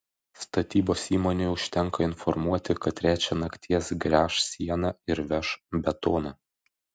statybos įmonei užtenka informuoti kad trečią nakties gręš sieną ir veš betoną